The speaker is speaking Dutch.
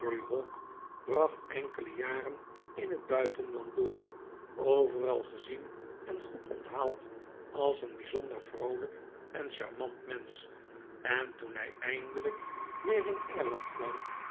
bracht enkele jaren in het buitenland door overal gezien en goed onthaald als een bijzonder vroolijk en charmant mensch en toen hij eindelijk weer in engeland kwam